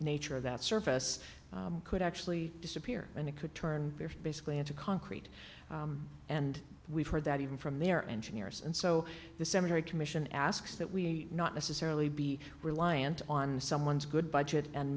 nature of that surface could actually disappear and it could turn basically into concrete and we've heard that even from their engineers and so the cemetery commission asks that we not necessarily be reliant on someone's good budget and